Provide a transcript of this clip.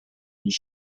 his